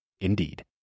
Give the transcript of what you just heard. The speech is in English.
Indeed